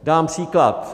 Dám příklad.